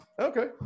Okay